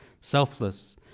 selfless